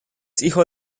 hijo